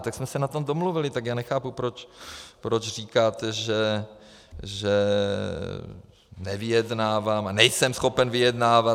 Tak jsme se na tom domluvili, tak já nechápu, proč říkáte, že nevyjednávám a nejsem schopen vyjednávat.